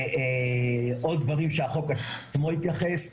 לעוד דברים שהחוק עצמו התייחס.